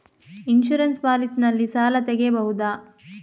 Insurance policy ನಲ್ಲಿ ಸಾಲ ತೆಗೆಯಬಹುದ?